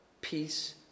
peace